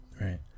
Right